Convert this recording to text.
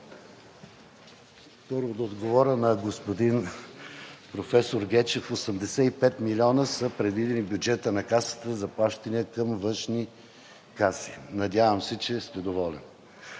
отговоря на професор Гечев – 85 милиона са предвидени в бюджета на Касата за плащания към външни каси. Надявам се, че сте доволен.